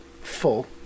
full